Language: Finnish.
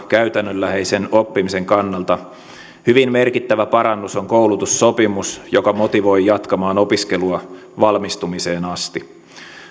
käytännönläheisen oppimisen kannalta hyvin merkittävä parannus on koulutussopimus joka motivoi jatkamaan opiskelua valmistumiseen asti